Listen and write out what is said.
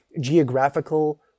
geographical